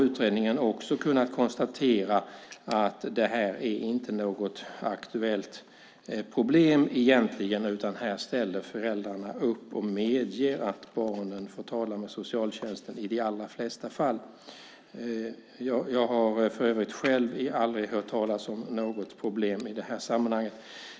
Utredningen har dock kunnat konstatera att det här egentligen inte är något aktuellt problem, utan föräldrarna ställer upp och medger att barnen får tala med socialtjänsten i de allra flesta fall. Jag har för övrigt själv aldrig hört talas om något problem i det här sammanhanget.